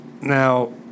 Now